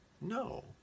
no